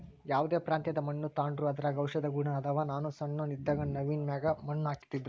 ಯಾವ್ದೇ ಪ್ರಾಂತ್ಯದ ಮಣ್ಣು ತಾಂಡ್ರೂ ಅದರಾಗ ಔಷದ ಗುಣ ಅದಾವ, ನಾನು ಸಣ್ಣೋನ್ ಇದ್ದಾಗ ನವ್ವಿನ ಮ್ಯಾಗ ಮಣ್ಣು ಹಾಕ್ತಿದ್ರು